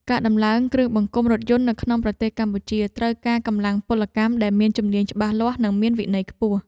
ការតម្លើងគ្រឿងបង្គុំរថយន្តនៅក្នុងប្រទេសកម្ពុជាត្រូវការកម្លាំងពលកម្មដែលមានជំនាញច្បាស់លាស់និងមានវិន័យខ្ពស់។